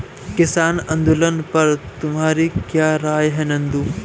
किसान आंदोलन पर तुम्हारी क्या राय है नंदू?